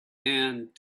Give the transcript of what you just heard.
and